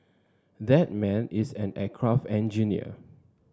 that man is an aircraft engineer